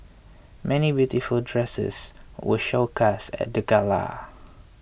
many beautiful dresses were showcased at the gala